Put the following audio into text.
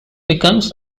becomes